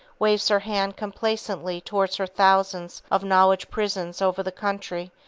waves her hand complacently toward her thousands of knowledge-prisons over the country,